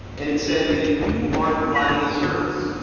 and it said that if you are providing a service,